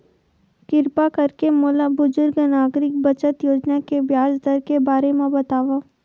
किरपा करके मोला बुजुर्ग नागरिक बचत योजना के ब्याज दर के बारे मा बतावव